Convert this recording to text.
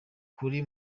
kuri